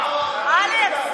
אלכס,